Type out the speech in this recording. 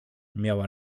miała